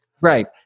Right